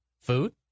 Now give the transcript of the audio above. food